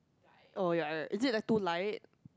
oh ya is it the two light